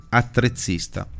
attrezzista